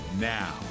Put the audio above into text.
now